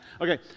Okay